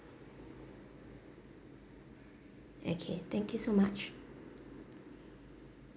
okay thank you so much